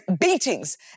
beatings